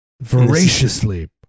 voraciously